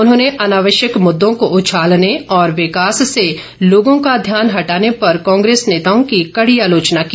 उन्होंने अनावश्यक मुद्दों को उछालने और विकास से लोगों का ध्यान हटाने पर कांग्रेस नेताओं की कड़ी आलोचना की